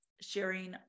sharing